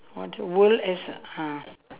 what S ah